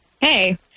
Hey